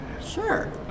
Sure